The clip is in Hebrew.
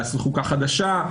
לעשות חוקה חדשה,